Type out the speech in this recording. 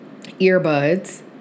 earbuds